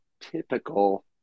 typical